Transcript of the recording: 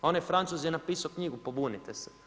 Onaj francuz je napisao knjigu „Pobunite se“